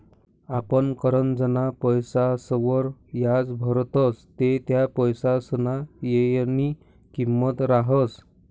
आपण करजंना पैसासवर याज भरतस ते त्या पैसासना येयनी किंमत रहास